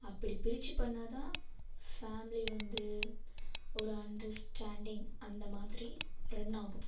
அப்படி பிரிச்சு பண்ணிணாதான் ஃபேமிலி வந்து ஒரு அண்டர்ஸ்டாண்டிங் அந்தமாதிரி ரன்னாகும்